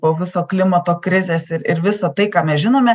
po viso klimato krizės ir ir visa tai ką mes žinome